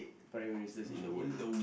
prime-ministers in the world